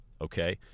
Okay